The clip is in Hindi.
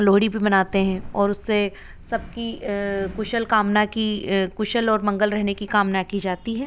लोहड़ी भी मनाते हैं और उससे सब की कुशल कामना की कुशल और मंगल रहने की कामना की जाती है